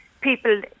people